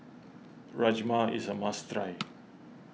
Rajma is a must try